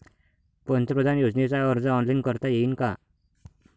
पंतप्रधान योजनेचा अर्ज ऑनलाईन करता येईन का?